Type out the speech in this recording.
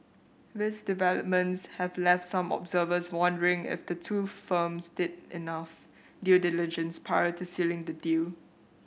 these developments have left some observers wondering if the two firms did enough due diligence prior to sealing the deal